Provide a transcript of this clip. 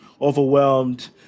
overwhelmed